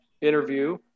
Interview